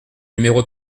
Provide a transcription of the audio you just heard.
numéro